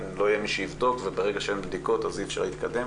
לא יהיה מי שיבדוק וברגע שאין בדיקות אז אי אפשר להתקדם,